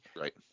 right